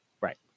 right